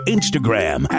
Instagram